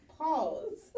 Pause